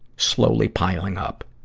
slowly piling up.